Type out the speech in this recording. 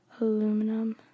aluminum